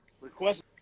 request